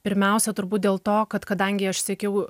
pirmiausia turbūt dėl to kad kadangi aš siekiau